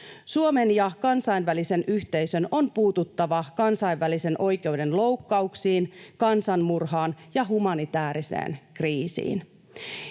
Suomen ja kansainvälisen yhteisön on puututtava kansainvälisen oikeuden loukkauksiin, kansanmurhaan ja humanitääriseen kriisiin.